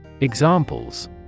Examples